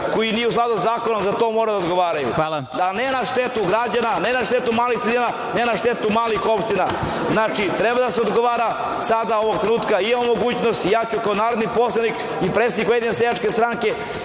koji nije u skladu sa zakonom za to moraju da odgovaraju, a ne na štetu građana, ne na štetu malih sredina, ne na štetu malih opština. Znači, treba da se odgovara, sada ovog trenutka imamo mogućnost i ja ću kao narodni poslanik i predsednik Ujedinjene seljačke stranke